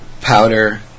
powder